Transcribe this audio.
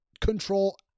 control